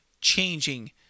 changing